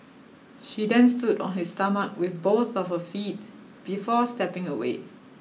she then stood on his stomach with both of her feet before stepping away